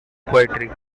poetry